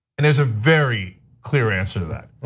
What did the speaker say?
and there's a very clear answer to that.